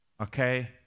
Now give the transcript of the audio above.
okay